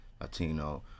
Latino